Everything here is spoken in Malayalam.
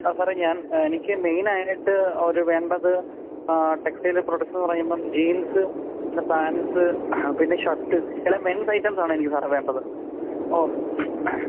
ആ സാറേ ഞാൻ എനിക്ക് മെയിൻ ആയിട്ട് ഒരു വേണ്ടത് ടെക്സ്റ്റൈല് പ്രോഡക്സ് എന്ന് പറയുമ്പം ജീൻസ് പിന്നെ പാൻസ് പിന്നെ ഷർട്ട് എല്ലാം മെൻസ് ഐറ്റംസ് ആണ് എനിക്ക് സാറേ വേണ്ടത് ഓ